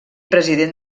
president